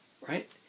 right